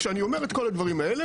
כשאני אומר את כל הדברים האלה,